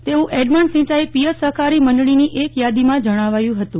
તેવું એડમંડ સિંચાઇ પિયત સહકારી મંડળીની એક યાદીમાં જણાવાયું હતું